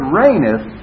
reigneth